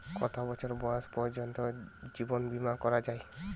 কত বছর বয়স পর্জন্ত জীবন বিমা করা য়ায়?